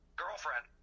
girlfriend